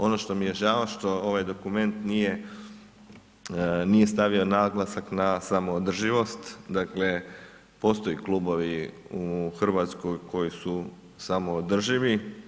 Ono što mi je žao što ovaj dokument nije stavio naglasak na samoodrživost, dakle postoje klubovi u Hrvatskoj koji su samoodrživi.